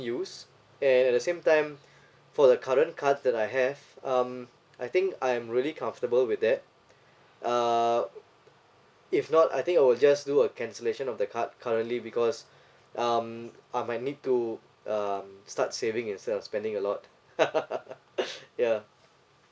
use and at the same time for the current card that I have um I think I'm really comfortable with that uh if not I think I will just do a cancellation of the card currently because um I might need to um start saving instead of spending a lot yeah